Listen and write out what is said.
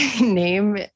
name